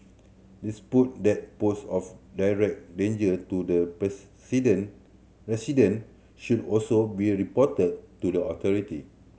dispute that pose of direct danger to the resident should also be reported to the authority